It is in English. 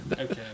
Okay